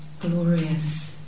glorious